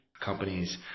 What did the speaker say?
companies